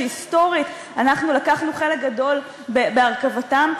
שהיסטורית אנחנו לקחנו חלק גדול בהרכבתם,